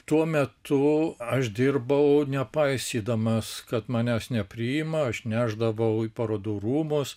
tuo metu aš dirbau nepaisydamas kad manęs nepriima aš nešdavau į parodų rūmus